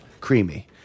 creamy